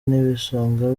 n’ibisonga